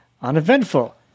uneventful